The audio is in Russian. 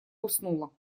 уснула